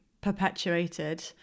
perpetuated